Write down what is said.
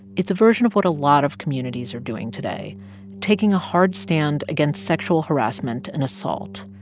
it's a version of what a lot of communities are doing today taking a hard stand against sexual harassment and assault.